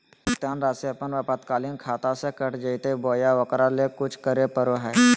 भुक्तान रासि अपने आपातकालीन खाता से कट जैतैय बोया ओकरा ले कुछ करे परो है?